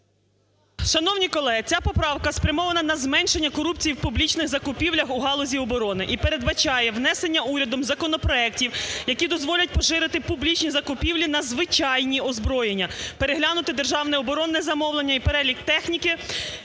Шановні колеги, ця поправка спрямована на зменшення корупції в публічних закупівлях в галузі оборони і передбачає внесення урядом законопроектів, які дозволять поширити публічні закупівлі на звичайні озброєння, переглянути державне оборонне замовлення і перелік техніки,